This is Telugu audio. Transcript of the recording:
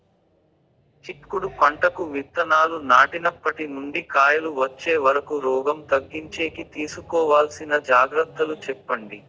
చిక్కుడు పంటకు విత్తనాలు నాటినప్పటి నుండి కాయలు వచ్చే వరకు రోగం తగ్గించేకి తీసుకోవాల్సిన జాగ్రత్తలు చెప్పండి?